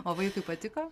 o vaikui patiko